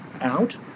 out